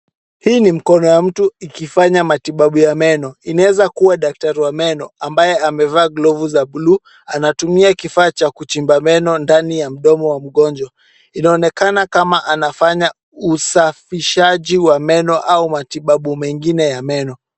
Hii ni mkono ya mtu ikifanya matibabu ya meno. Inaeza kuwa daktari wa meno ambaye amevaa glovu za buluu. Anatumia kifaa cha kuchimba meno ndani ya mdomo wa mgonjwa. Inaonekana kama anafanya usafishaji wa meno au matibabu mengine ya meno.